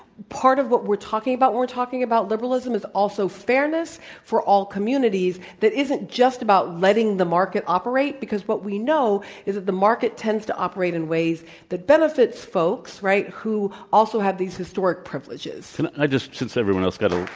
part of what we're talking about when we're talking about liberalism is also fairness for all communities that isn't just about letting the market operate. because what we know is that the market tends to operate in ways that benefits folks, right, who also have these historic privileges. can so i just since everyone else got a